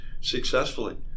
successfully